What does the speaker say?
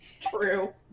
true